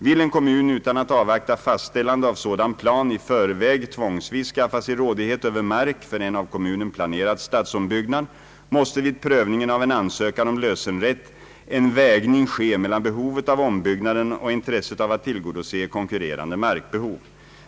Vill en kommun, utan att avvakta fastställande av sådan plan, i förväg tvångsvis skaffa sig rådighet över mark för en av kommunen planerad stadsombyggnad måste vid prövningen av en ansökan om lösensrätt en vägning ske mellan behovet av ombyggnaden och intresset av att tillgodose konkurrerande markbehov.